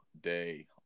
day